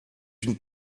une